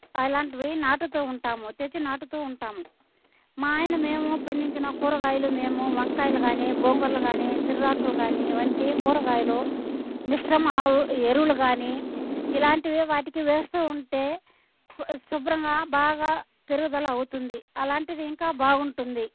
అలాంటివి నాటుతో ఉంటాము తెచ్చి నాటుతూ ఉంటాము మా ఆయన మేము పండించిన కూరగాయలు మేము వంకాయలు గానీ గోంగూరలు గానీ సిర్రాకులు గానీ వంటి కూరగాయలు మిశ్రమ ఆవు ఎరువులు గానీ ఇలాంటివి వాటికి వేస్తూ ఉంటే శుభ్రంగా బాగా పెరుగుదల అవుతుంది అలాంటిది ఇంకా బాగుంటుంది